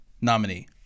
Nominee